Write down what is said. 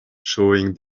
showing